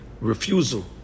refusal